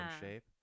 shape